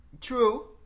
true